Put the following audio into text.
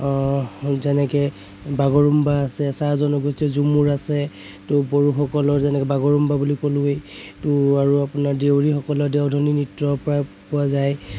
যেনেকে বাগৰুম্বা আছে চাহ জনগোষ্ঠীয় ঝুমুৰ আছে ত' বড়োসকলৰ যেনেকে বাগৰুম্বা বুলি ক'লোৱেই ত' আৰু আপোনাৰ দেউৰীসকলৰ দেওধনী নৃত্য প্ৰায় পোৱা যায়